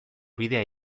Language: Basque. bidea